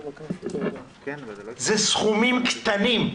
זה סכומים קטנים.